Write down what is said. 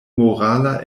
morala